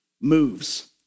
moves